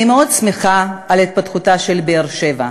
אני מאוד שמחה על התפתחותה של באר-שבע,